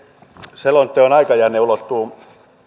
selonteon aikajänne ulottuu